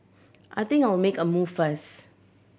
I think I'll make a move first